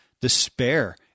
despair